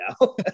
now